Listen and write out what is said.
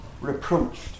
reproached